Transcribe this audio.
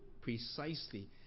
precisely